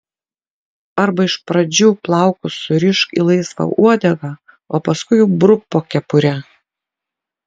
arba iš pradžių plaukus surišk į laisvą uodegą o paskui jau bruk po kepure